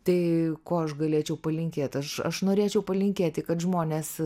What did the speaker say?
tai ko aš galėčiau palinkėt aš norėčiau palinkėti kad žmonės